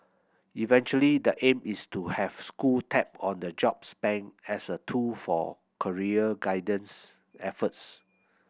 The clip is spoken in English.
eventually the aim is to have school tap on the jobs bank as a tool for career guidance efforts